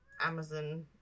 amazon